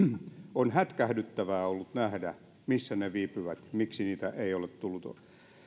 on hätkähdyttävää ollut nähdä missä ne viipyvät miksi niitä ei ole tullut